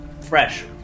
Fresh